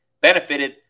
benefited